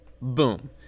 Boom